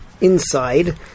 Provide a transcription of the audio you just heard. inside